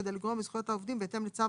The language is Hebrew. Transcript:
כדי לגרוע מזכויות העובדים בהתאם לצו